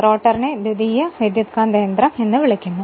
റോട്ടറിനെ ദ്വിതീയ വിദ്യുത്കാന്തയന്ത്രo എന്നു വിളിക്കുന്നു